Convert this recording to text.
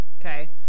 Okay